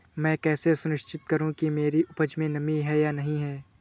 मैं कैसे सुनिश्चित करूँ कि मेरी उपज में नमी है या नहीं है?